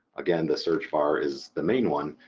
again the search bar is the main one,